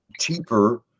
cheaper